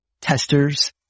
testers